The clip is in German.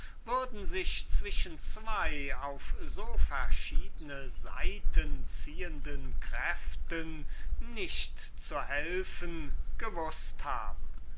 würden sich zwischen zweien auf so verschiedene seiten ziehenden kräften nicht zu helfen gewußt haben